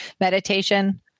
meditation